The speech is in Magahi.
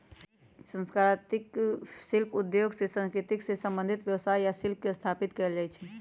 संस्कृतिक शिल्प उद्योग में संस्कृति से संबंधित व्यवसाय आ शिल्प के स्थापित कएल जाइ छइ